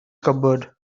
cupboard